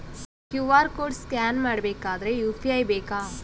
QR code scan ಮಾಡಬೇಕಾದರೆ UPI ಬೇಕಾ?